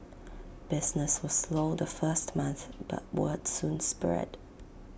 business was slow the first month but words soon spread